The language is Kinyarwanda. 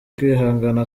kwihangana